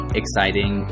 exciting